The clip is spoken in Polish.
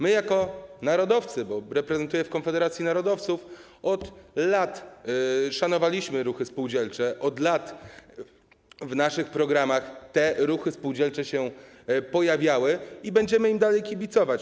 My jako narodowcy, bo reprezentuję w Konfederacji narodowców, od lat szanowaliśmy ruchy spółdzielcze, od lat w naszych programach te ruchy spółdzielcze się pojawiały i będziemy im dalej kibicować.